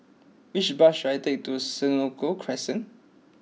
which bus should I take to Senoko Crescent